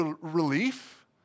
relief